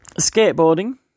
Skateboarding